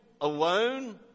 alone